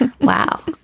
Wow